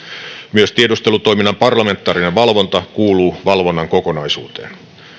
myös tiedustelutoiminnan parlamentaarinen valvonta kuuluu valvonnan kokonaisuuteen